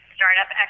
Startup